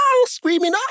screaming